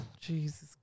Jesus